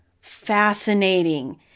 fascinating